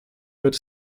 wird